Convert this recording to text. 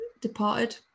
departed